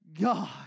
God